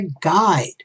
guide